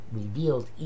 revealed